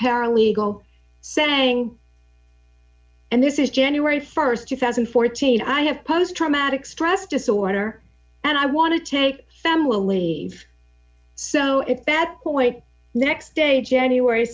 paralegal saying and this is january st two thousand and fourteen i have post traumatic stress disorder and i want to take them will leave so if that point next day january